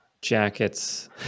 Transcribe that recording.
jackets